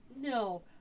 no